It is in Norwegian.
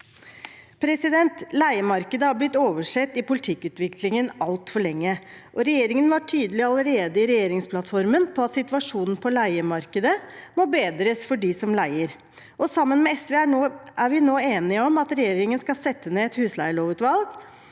bomiljø. Leiemarkedet har blitt oversett i politikkutviklingen altfor lenge, og regjeringen var tydelig allerede i regjeringsplattformen på at situasjonen på leiemarkedet må bedres for dem som leier. Sammen med SV er vi nå enige om at regjeringen skal sette ned et husleielovutvalg